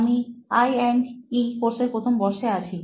আমি I and E কোর্সের প্রথম বর্ষে আছি